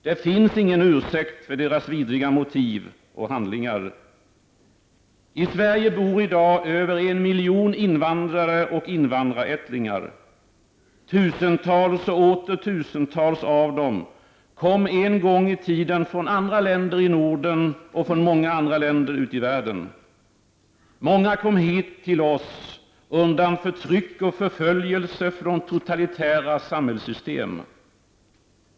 Det finns ingen ursäkt för deras vidriga motiv och handlingar. I Sverige bor i dag över en miljon invandrare och invandrarättlingar. Tusentals och åter tusentals av dem kom en gång i tiden från andra länder i Norden och från många andra länder ute i världen. Många kom hit till oss undan förtryck och förföljelse från totalitära samhällssystem.